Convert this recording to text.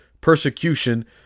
persecution